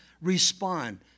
respond